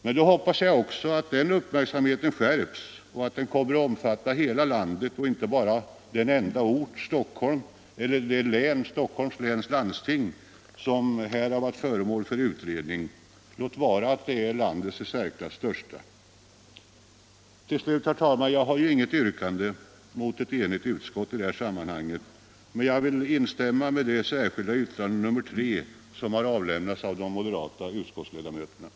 Men då hoppas jag också att den uppmärksamheten skärps och kommer att omfatta hela landet och inte bara det landsting, Stockholms läns landsting, som har varit föremål för utredning — låt vara att det är landets i särklass största. Jag har, herr talman, inget yrkande mot ett enigt utskott, men jag vill instämma i det särskilda yttrande nr 3 som har avlämnats av de moderata utskottsledamöternå.